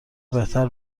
بهتر